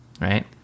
right